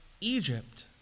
Egypt